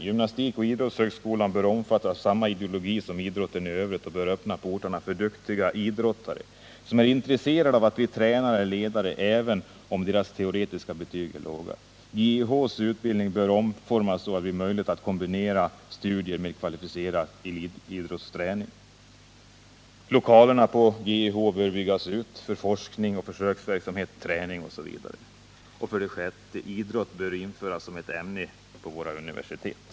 Gymnastikoch idrottshögskolan bör omfattas av samma ideologi so; idrotten i övrigt och bör öppna portarna för duktiga idrottare, som ä intresserade att bli tränare eller ledare även om deras teoretiska betyg är låga GIH:s utbildning bör omformas så att det blir möjligt att kombine GIH-studier med kvalificerad elitidrottsträning. Lokalerna på GIH bö byggas ut för forskning, försöksverksamhet, träning osv. Nr 115 6. Idrott bör införas som ämne vid våra universitet.